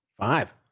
Five